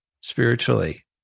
spiritually